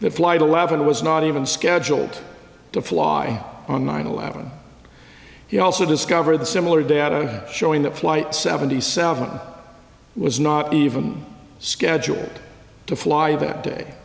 that flight eleven was not even scheduled to fly on nine eleven he also discovered the similar data showing that flight seventy seven was not even scheduled to fly that day